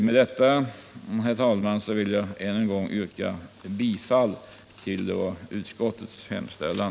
Med detta, herr talman, vill jag än en gång yrka bifall till utskottets hemställan.